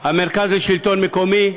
המרכז לשלטון מקומי,